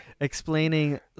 explaining